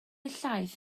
llaeth